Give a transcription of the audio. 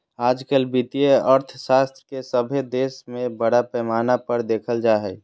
आजकल वित्तीय अर्थशास्त्र के सभे देश में बड़ा पैमाना पर देखल जा हइ